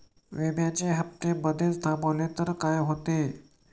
विम्याचे हफ्ते मधेच थांबवले तर काय होते?